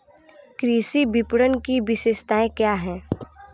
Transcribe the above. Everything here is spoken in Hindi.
कृषि विपणन की विशेषताएं क्या हैं?